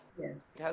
yes